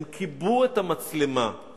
הם כיבו את המצלמה,